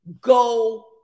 Go